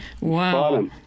Wow